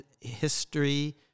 history